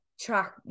track